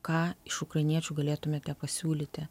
ką iš ukrainiečių galėtumėte pasiūlyti